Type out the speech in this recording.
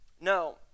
no